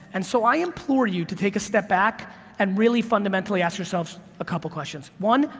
and so, i implore you to take a step back and really fundamentally ask yourselves a couple of questions, one,